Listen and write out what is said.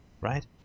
right